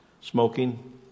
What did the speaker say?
smoking